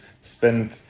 spend